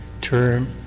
term